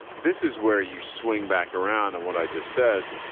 this is where you swing back around. and what i just said,